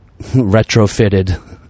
retrofitted